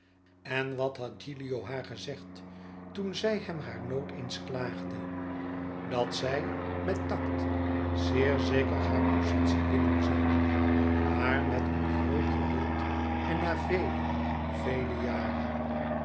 en wat had gilio haar gezegd toen zij hem haar nood eens klaagde dat zij met tact zeer zeker haar pozitie winnen zoû maar met een groot geduld en na vele vele jaren